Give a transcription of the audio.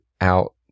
out